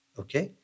okay